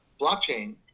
blockchain